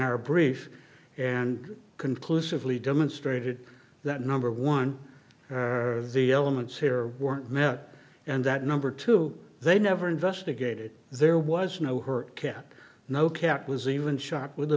our brief and conclusively demonstrated that number one the elements here weren't met and that number two they never investigated there was no her cat no cat was even shot with a